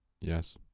yes